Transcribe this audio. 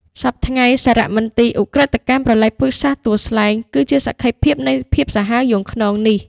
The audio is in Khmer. សព្វថ្ងៃ សារមន្ទីរឧក្រិដ្ឋកម្មប្រល័យពូជសាសន៍ទួលស្លែង គឺជាសក្ខីភាពនៃភាពសាហាវយង់ឃ្នងនេះ។